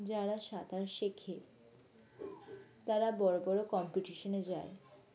যারা সাঁতার শেখে তারা বড় বড়ো কম্পিটিশনে যায়